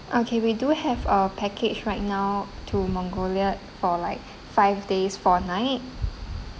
okay we do have our package right now to mongolia for like five days four night